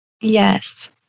Yes